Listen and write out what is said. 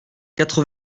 quatre